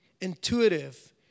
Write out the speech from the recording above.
intuitive